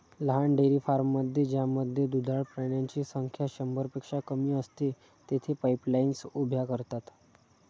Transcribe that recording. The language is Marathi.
लहान डेअरी फार्ममध्ये ज्यामध्ये दुधाळ प्राण्यांची संख्या शंभरपेक्षा कमी असते, तेथे पाईपलाईन्स उभ्या करतात